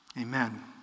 amen